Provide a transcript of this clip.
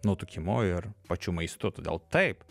nutukimu ir pačiu maistu todėl taip